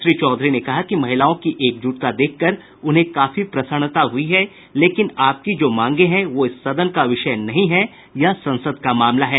श्री चौधरी ने कहा कि महिलाओं की एकजुटता देखकर उन्हें काफी प्रसन्नता हुई है लेकिन आपकी जो मांगें हैं वो इस सदन का विषय नहीं है यह संसद का मामला है